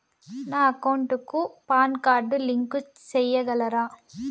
నా అకౌంట్ కు PAN card link సేయగలరా?